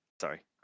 sorry